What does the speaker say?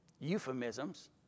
euphemisms